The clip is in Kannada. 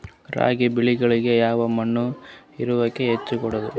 ರಾಗಿ ಬೆಳಿಗೊಳಿಗಿ ಯಾವ ಮಣ್ಣು ಇಳುವರಿ ಹೆಚ್ ಕೊಡ್ತದ?